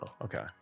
Okay